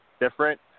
different